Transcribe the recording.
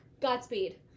Godspeed